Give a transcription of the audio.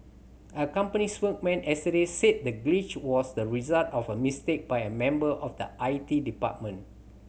a company spokesman yesterday said the glitch was the result of a mistake by a member of the I T department